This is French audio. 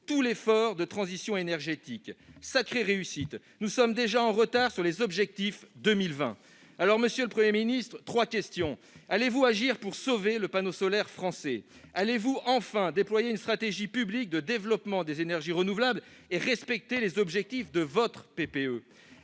tout l'effort de transition énergétique. Sacrée réussite : nous sommes déjà en retard sur les objectifs 2020 ! Monsieur le Premier ministre, allez-vous agir pour sauver le panneau solaire français ? Allez-vous enfin déployer une stratégie publique de développement des énergies renouvelables et respecter les objectifs de votre